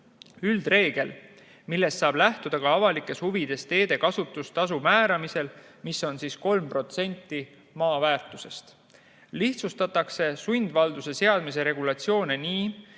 üldreegel, millest saab lähtuda ka avalikes huvides teekasutustasu määramisel, mis on 3% maa väärtusest. Lihtsustatakse sundvalduse seadmise regulatsiooni nii,